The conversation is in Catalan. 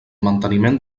manteniment